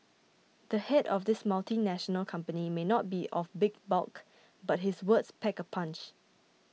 the head of this multinational company may not be of big bulk but his words pack a punch